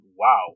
wow